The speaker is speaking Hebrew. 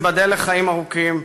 ייבדל לחיים ארוכים,